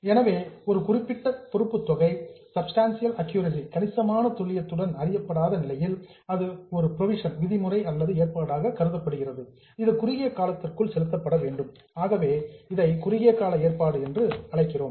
எனவே ஒரு குறிப்பிட்ட பொறுப்புத் தொகை சப்ஸ்டன்டியல் அக்யூர்ரசி கணிசமான துல்லியத்துடன் அறியப்படாத நிலையில் அது ஒரு புரோவிஷன் விதிமுறை அல்லது ஏற்பாடாக கருதப்படுகிறது இது குறுகிய காலத்திற்குள் செலுத்தப்பட வேண்டும் ஆகவே இது சார்ட் டெர்ம் புரோவிஷன் குறுகிய கால ஏற்பாடு என்று அழைக்கப்படுகிறது